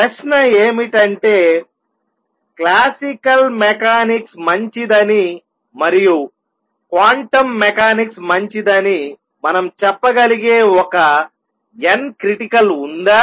ప్రశ్న ఏమిటంటే classical mechanics మంచిదని మరియు క్వాంటం మెకానిక్స్ మంచిదని మనం చెప్పగలిగే ఒక n క్రిటికల్ ఉందా